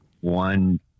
one